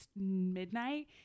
midnight